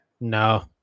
No